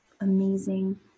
amazing